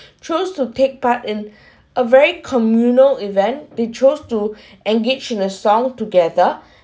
chose to take part in a very communal event they chose to engage in a song together